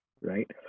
right